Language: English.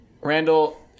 Randall